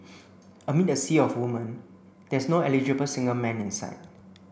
amid the sea of women there's no eligible single man in sight